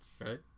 Right